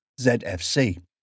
ZFC